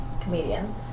comedian